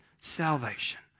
salvation